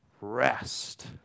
rest